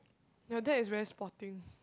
your dad is very sporting